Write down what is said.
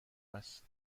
است